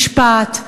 משפט,